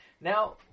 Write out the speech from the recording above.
Now